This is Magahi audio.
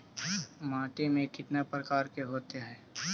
माटी में कितना प्रकार के होते हैं?